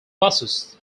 buses